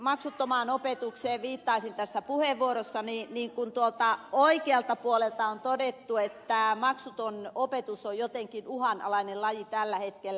maksuttomaan opetukseen viittaisin tässä puheenvuorossani kun tuolta oikealta puolelta on todettu että maksuton opetus on jotenkin uhanalainen laji tällä hetkellä